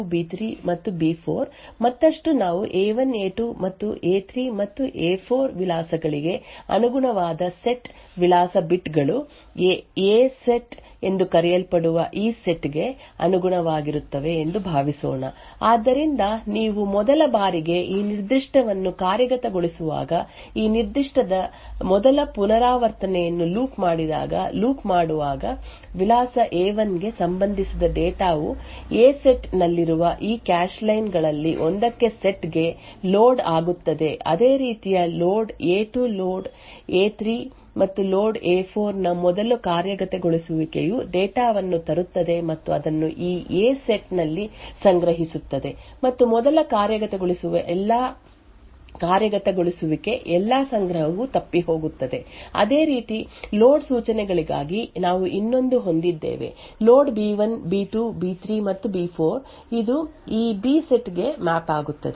ಈಗ ನಾವು ಈ ರೀತಿಯ ಪ್ರೋಗ್ರಾಂ ಅನ್ನು ರನ್ ಮಾಡಿದಾಗ ಏನಾಗುತ್ತದೆ ಎಂದು ನೋಡೋಣ ಆದ್ದರಿಂದ ನಾವು ಪ್ರಕ್ರಿಯೆ ಪಿ2 ಅನ್ನು ಹೊಂದಿದ್ದೇವೆ ಎಂದು ಹೇಳೋಣ ಮತ್ತು ಈ ಪ್ರಕ್ರಿಯೆ ಪಿ2 ಬಹು ಲೋಡ್ ಸೂಚನೆಗಳನ್ನು ಒಳಗೊಂಡಿದೆ ಆದ್ದರಿಂದ ನಾವು ಒಟ್ಟು ಎಂಟು ಲೋಡ್ ಸೂಚನೆಗಳನ್ನು ಹೊಂದಿದ್ದೇವೆ ಎ1 ಎ2 ಎ3 ಮತ್ತು ಎ4 ಮತ್ತು ಲೋಡ್ ಬಿ1 ಬಿ2 ಬಿ3 ಮತ್ತು ಬಿ4 ಮತ್ತಷ್ಟು ನಾವು ಎ1 ಎ2 ಮತ್ತು ಎ3 ಮತ್ತು ಎ4 ವಿಳಾಸಗಳಿಗೆ ಅನುಗುಣವಾದ ಸೆಟ್ ವಿಳಾಸ ಬಿಟ್ ಗಳು ಎ ಸೆಟ್ ಎಂದು ಕರೆಯಲ್ಪಡುವ ಈ ಸೆಟ್ ಗೆ ಅನುಗುಣವಾಗಿರುತ್ತವೆ ಎಂದು ಭಾವಿಸೋಣ ಆದ್ದರಿಂದ ನೀವು ಮೊದಲ ಬಾರಿಗೆ ಈ ನಿರ್ದಿಷ್ಟವನ್ನು ಕಾರ್ಯಗತಗೊಳಿಸುವಾಗ ಈ ನಿರ್ದಿಷ್ಟದ ಮೊದಲ ಪುನರಾವರ್ತನೆಯನ್ನು ಲೂಪ್ ಮಾಡಿದಾಗ ಲೂಪ್ ಮಾಡುವಾಗ ವಿಳಾಸ ಎ1 ಗೆ ಸಂಬಂಧಿಸಿದ ಡೇಟಾ ವು ಎ ಸೆಟ್ ನಲ್ಲಿರುವ ಈ ಕ್ಯಾಶ್ ಲೈನ್ ಗಳಲ್ಲಿ ಒಂದಕ್ಕೆ ಸೆಟ್ ಗೆ ಲೋಡ್ ಆಗುತ್ತದೆ ಅದೇ ರೀತಿಯ ಲೋಡ್ ಎ2 ಲೋಡ್ ಎ3 ಮತ್ತು ಲೋಡ್ ಎ4 ನ ಮೊದಲ ಕಾರ್ಯಗತಗೊಳಿಸುವಿಕೆಯು ಡೇಟಾ ವನ್ನು ತರುತ್ತದೆ ಮತ್ತು ಅದನ್ನು ಈ ಎ ಸೆಟ್ ನಲ್ಲಿ ಸಂಗ್ರಹಿಸುತ್ತದೆ ಮತ್ತು ಮೊದಲ ಕಾರ್ಯಗತಗೊಳಿಸುವಿಕೆ ಎಲ್ಲಾ ಸಂಗ್ರಹವು ತಪ್ಪಿಹೋಗುತ್ತದೆ ಅದೇ ರೀತಿ ಲೋಡ್ ಸೂಚನೆಗಳಿಗಾಗಿ ನಾವು ಇನ್ನೊಂದನ್ನು ಹೊಂದಿದ್ದೇವೆ ಲೋಡ್ ಬಿ1 ಬಿ ಬಿ3 ಮತ್ತು ಬಿ4 ಇದು ಈ ಬಿ ಸೆಟ್ ಗೆ ಮ್ಯಾಪ್ ಆಗುತ್ತದೆ